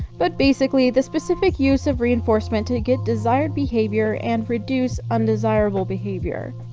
but basically, the specific use of reinforcement to get desired behavior and reduce undesirable behavior.